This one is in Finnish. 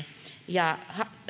ja